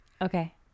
Okay